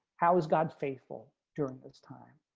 how is god faithful during this time.